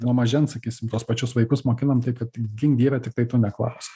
nuo mažens sakysim tuos pačius vaikus mokinam tai kad gink dieve tiktai tu neklausk